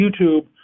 YouTube